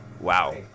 Wow